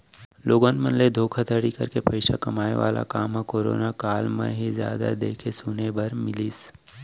लोगन मन ले धोखाघड़ी करके पइसा कमाए वाला काम ह करोना काल म ही जादा देखे सुने बर मिलिस